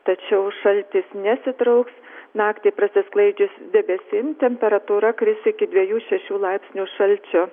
tačiau šaltis nesitrauks naktį prasisklaidžius debesim temperatūra kris iki dvejų šešių laipsnių šalčio